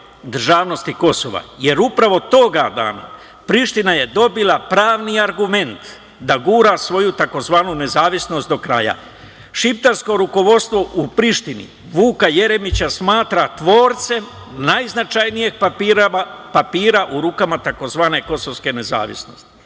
državnosti Kosova. Jer, upravo tog dana Priština je dobila pravni argument da gura svoju tzv. nezavisnost do kraja. Šiptarsko rukovodstvo u Prištini Vuka Jeremića smatra tvorcem najznačajnijeg papira u rukama tzv. kosovske nezavisnosti. Poštovani